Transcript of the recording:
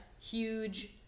Huge